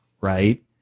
Right